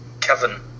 Kevin